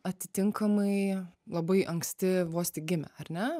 atitinkamai labai anksti vos tik gimę ar ne